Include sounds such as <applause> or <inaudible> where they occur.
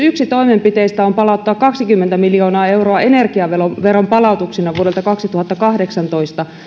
<unintelligible> yksi toimenpiteistä on palauttaa kaksikymmentä miljoonaa euroa energiaveron palautuksina vuodelta kaksituhattakahdeksantoista